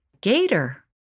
Gator